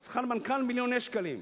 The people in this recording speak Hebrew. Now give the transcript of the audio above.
שכר מנכ"ל, מיליוני שקלים.